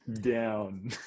down